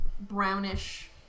brownish